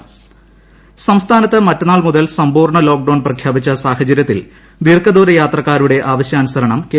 ദീർഘദൂര സർവ്വീസുകൾ സംസ്ഥാനത്ത് മറ്റന്നാൾ മുതൽ സമ്പൂർണ്ണ ലോക് ഡോൺ പ്രഖ്യാപിച്ച സാഹചര്യത്തിൽ ദീർഘദൂര യാത്രക്കാരുടെ ആവശ്യാനുസരണം കെ